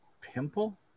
pimple